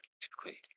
Typically